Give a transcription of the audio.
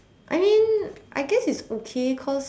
I mean I guess it's okay cause